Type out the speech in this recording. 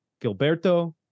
Gilberto